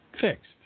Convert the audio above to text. fixed